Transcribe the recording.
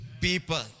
people